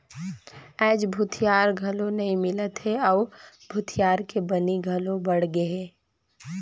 आयज भूथिहार घलो नइ मिलत हे अउ भूथिहार के बनी घलो बड़ गेहे